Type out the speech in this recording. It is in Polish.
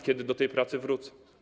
Kiedy do tej pracy wrócą?